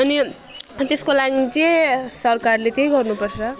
अनि अनि त्यसको लागि चाहिँ सरकारले त्यही गर्नुपर्छ